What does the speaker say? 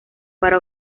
para